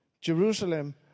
Jerusalem